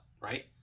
right